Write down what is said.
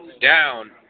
down